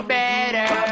better